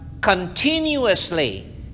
continuously